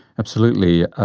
absolutely.